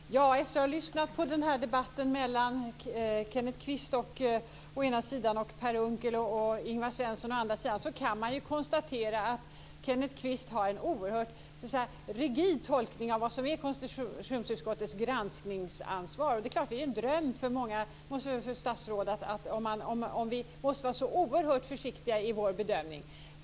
Fru talman! Efter att ha lyssnat på debatten mellan Svensson å andra sidan kan man konstatera att Kenneth Kvist har en oerhört rigid tolkning av vad som är konstitutionsutskottets granskningsansvar. Det måste vara en dröm för många statsråd att vi skulle vara så oerhört försiktiga i vår bedömning.